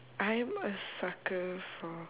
I'm a sucker for